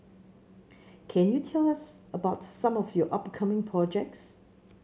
can you tell us about some of your upcoming projects